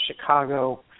Chicago